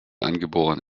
angeboren